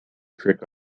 trick